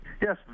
Yes